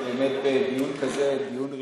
באמת, בדיון כזה, דיון ראשון,